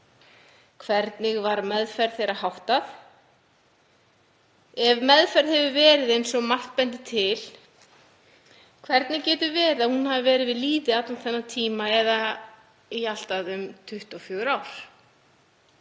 Hvernig var meðferð þeirra háttað? Ef meðferð hefur verið eins og margt bendir til, hvernig getur verið að hún hafi verið við lýði allan þennan tíma eða í allt að 24 ár?